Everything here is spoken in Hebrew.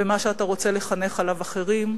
במה שאתה רוצה לחנך עליו אחרים,